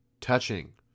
Touching